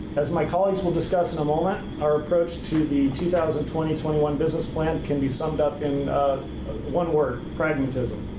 as my colleagues will discuss in a moment, our approach to the two thousand and twenty twenty one business plan can be summed up in one word pragmatism.